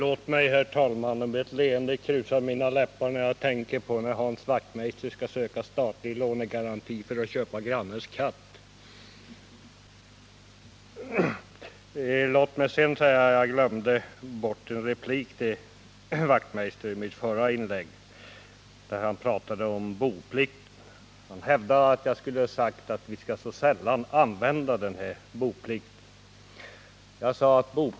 Jag vill erinra om att det korta genmälet gäller Filip Johanssons anförande.